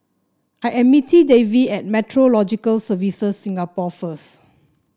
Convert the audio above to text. I am meeting Davy at Meteorological Services Singapore first